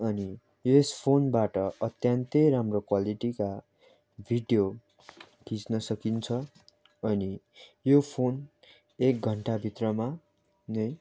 अनि यस फोनबाट अत्यन्तै राम्रो क्वालिटीका भिडियो खिच्न सकिन्छ अनि यो फोन एक घन्टाभित्रमा नै